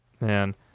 man